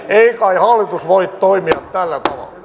ei kai hallitus voi toimia tällä tavalla